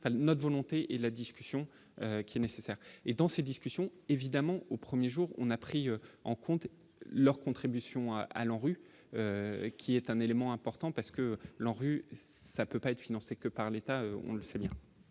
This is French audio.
notre volonté et la discussion qui est nécessaire et dans ces discussions évidemment au 1er jour, on a pris en compte leur contribution à à l'ANRU qui est un élément important parce que l'ANRU, ça peut pas être financée que par l'État, on le sait lire.